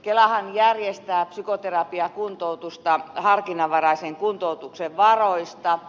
kelahan järjestää psykoterapiakuntoutusta harkinnanvaraisen kuntoutuksen varoista